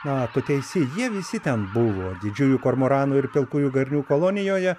na tu teisi jie visi ten buvo didžiųjų kormoranų ir pilkųjų garnių kolonijoje